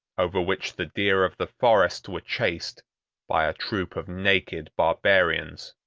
over which the deer of the forest were chased by a troop of naked barbarians.